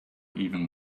even